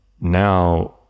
now